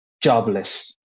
jobless